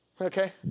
Okay